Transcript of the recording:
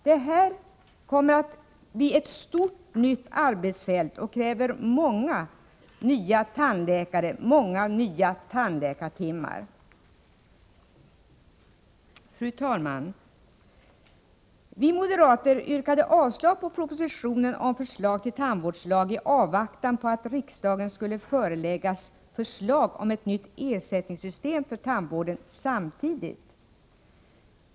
Det här kommer att bli ett stort nytt arbetsfält som kräver många nya tandläkare och många nya tandläkartimmar. Fru talman! Vi moderater yrkade avslag på propositionen om förslag till tandvårdslag i avvaktan på att riksdagen skulle föreläggas förslag om ett nytt ersättningssystem för tandvården samtidigt.